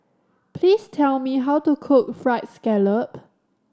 please tell me how to cook Fried Scallop